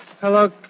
Hello